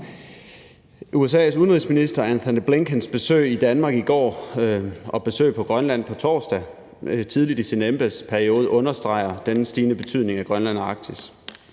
USA's udenrigsminister, Antony Blinkens, besøg i Danmark i går og besøg på Grønland på torsdag tidligt i sin embedsperiode understreger denne stigende betydning i Grønland og Arktis.